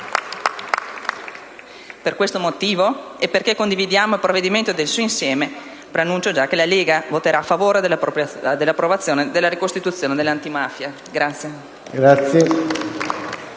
Per questo motivo e perché condividiamo il provvedimento nel suo insieme, preannuncio già che la Lega voterà a favore dell'approvazione della ricostituzione